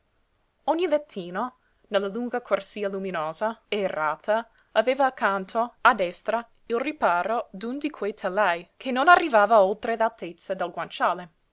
ogni lettino nella lunga corsia luminosa aerata aveva accanto a destra il riparo d'un di quei telaj che non arrivava oltre l'altezza del guanciale